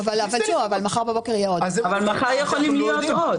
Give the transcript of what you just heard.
אבל מחר יכולים להיות עוד.